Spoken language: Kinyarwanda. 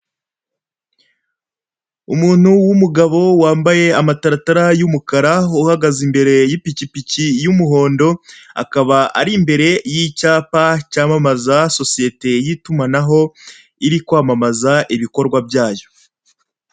Umuntu w'umugabo wambaye amataratara y'umukara, uhagaze imbere y'ipikipiki y'umuhondo, akaba ari imbere y'icyapa cyamamaza sosiyete y'itumanaho iri kwamamaza ibikorwa byayo.